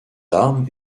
armes